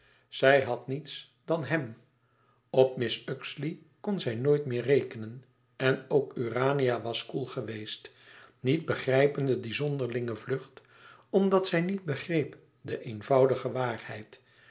zij had niets dan hem op mrs uxeley kon zij nooit meer rekenen en ook urania was koel geweest niet begrijpende die zonderlinge vlucht omdat zij niet begreep de eenvoudige waarheid